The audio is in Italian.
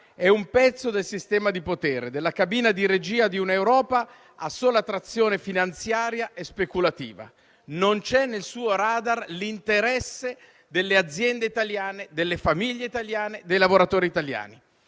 è un pezzo del sistema di potere, della cabina di regia di un'Europa a sola trazione finanziaria e speculativa. Non c'è, nel suo *radar*, l'interesse delle aziende italiane, delle famiglie italiane, dei lavoratori italiani.